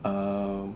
um